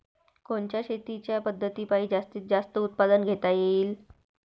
कोनच्या शेतीच्या पद्धतीपायी जास्तीत जास्त उत्पादन घेता येईल?